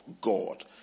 God